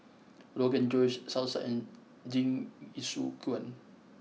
Rrogan Josh Salsa and Jingisukan